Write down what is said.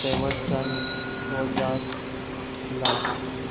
ꯁꯦꯋꯔꯁꯟ ꯔꯣꯖꯥꯁ ꯐꯤꯂꯥꯟ